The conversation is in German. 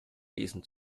lesen